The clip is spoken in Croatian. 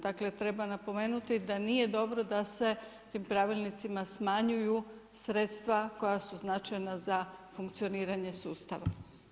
Dakle, treba napomenuti da nije dobro da se tim pravilnicima smanjuju sredstva koja su značajna za funkcioniranje sustava.